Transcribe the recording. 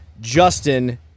Justin